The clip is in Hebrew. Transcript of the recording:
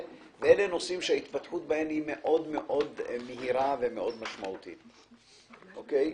אלה נושאים שההתפתחות בהם מהירה מאוד ומשמעותית מאוד.